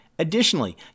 Additionally